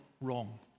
wrong